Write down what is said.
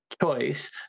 choice